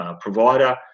Provider